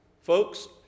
Folks